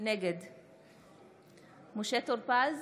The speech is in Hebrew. נגד משה טור פז,